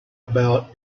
about